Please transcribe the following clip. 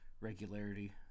regularity